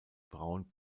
braun